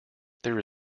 there